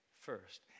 first